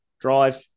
drive